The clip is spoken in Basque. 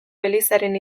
elizaren